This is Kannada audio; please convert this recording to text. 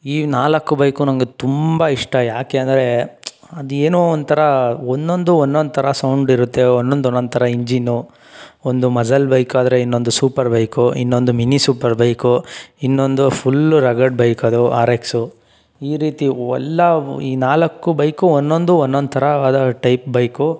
ಈ ನಾಲ್ಕು ಬೈಕು ನನಗೆ ತುಂಬ ಇಷ್ಟ ಯಾಕೆ ಅಂದರೆ ಅದೇನೋ ಒಂಥರ ಒಂದೊಂದು ಒಂದೊಂದು ಥರ ಸೌಂಡ್ ಇರುತ್ತೆ ಒಂದೊಂದು ಒಂದೊಂದು ಥರ ಇಂಜಿನ್ನು ಒಂದು ಮಸಲ್ ಬೈಕ್ ಆದರೆ ಇನ್ನೊಂದು ಸೂಪರ್ ಬೈಕು ಇನ್ನೊಂದು ಮಿನಿ ಸೂಪರ್ ಬೈಕು ಇನ್ನೊಂದು ಫುಲ್ಲು ರಗಡ್ ಬೈಕ್ ಅದು ಆರ್ ಎಕ್ಸು ಈ ರೀತಿ ಎಲ್ಲ ಈ ನಾಲ್ಕೂ ಬೈಕು ಒಂದೊಂದು ಒಂದೊಂದು ಥರ ಆದ ಟೈಪ್ ಬೈಕು